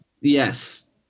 yes